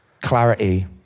clarity